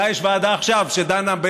אולי יש ועדה עכשיו שדנה,